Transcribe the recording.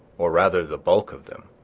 or rather the bulk of them,